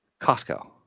Costco